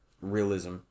realism